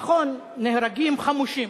נכון, נהרגים חמושים,